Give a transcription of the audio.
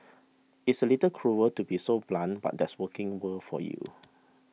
it's a little cruel to be so blunt but that's working world for you